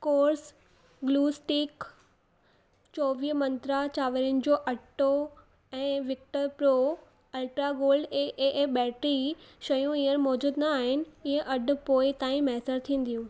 course glue stick चोवीह मंत्रा चांवरनि जो अटो ऐं Victor Pro ultra gold A A A battery शयूं हींअर मौजूद न आहिनि इहे अॼु पोइ ताईं मैसर थींदियूं